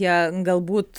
jie galbūt